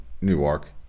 Newark